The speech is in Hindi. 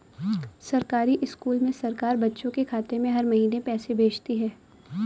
सरकारी स्कूल में सरकार बच्चों के खाते में हर महीने पैसे भेजती है